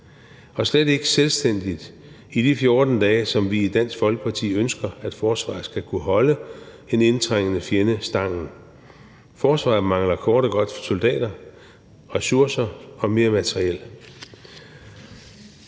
og slet ikke selvstændigt, i de 14 dage, som vi i Dansk Folkeparti ønsker at forsvaret skal kunne holde en indtrængende fjende stangen. Forsvaret mangler kort og godt soldater, ressourcer og mere materiel.